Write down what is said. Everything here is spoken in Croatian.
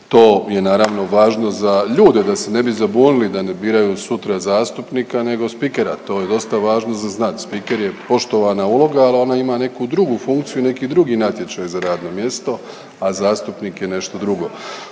to je naravno, važno za ljude, da se ne bi zabunili, da ne biraju sutra zastupnika, nego spikera, to je dosta važno za znati. Spiker je poštovana uloga, ali ona ima neku drugu funkciju i neki drugi natječaj za radno mjesto, a zastupnik je nešto drugo.